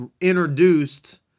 introduced